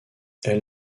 elle